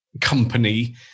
company